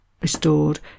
restored